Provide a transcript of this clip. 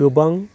गोबां